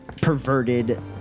perverted